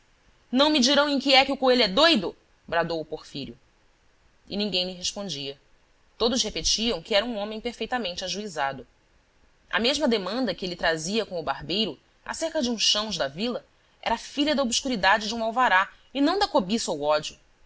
não me dirão em que é que o coelho é doido bradou o porfírio e ninguém lhe respondia todos repetiam que era um homem perfeitamente ajuizado a mesma demanda que ele trazia com o barbeiro acerca de uns chãos da vila era filha da obscuridade de um alvará e não da cobiça ou ódio